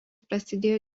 prasidėjo